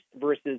versus